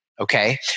Okay